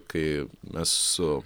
kai mes su